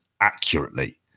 accurately